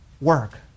work